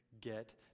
get